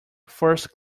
first